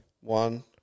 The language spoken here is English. One